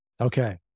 Okay